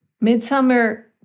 midsummer